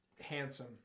handsome